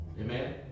Amen